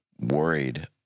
worried